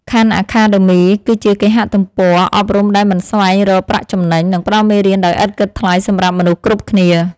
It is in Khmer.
ខាន់អាខាដឺមី គឺជាគេហទំព័រអប់រំដែលមិនស្វែងរកប្រាក់ចំណេញ និងផ្តល់មេរៀនដោយឥតគិតថ្លៃសម្រាប់មនុស្សគ្រប់គ្នា។